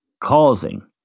causing